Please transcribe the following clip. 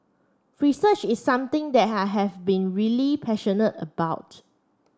research is something that have been really passionate about